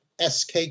SK